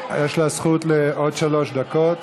יש לה זכות לעוד שלוש דקות.